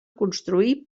construir